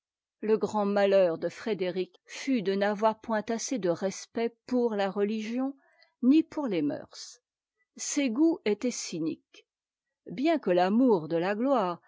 le grand malheur de frédéric fut de n'avoir point assez de respect pour la religion ni pour les mœurs ses goûts étaient cyniques bien que l'amour de la gloire